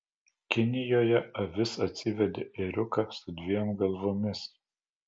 kinijoje avis atsivedė ėriuką su dviem galvomis